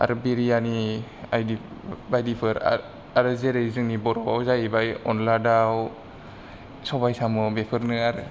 आरो बिरियानि बायदिफोर आरो जेरै जोंनो बर'आव जाहैबाय अनला दाव सबाय साम' बेफोरनो आरो